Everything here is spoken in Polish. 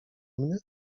mnie